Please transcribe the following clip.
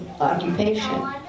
occupation